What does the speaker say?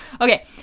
okay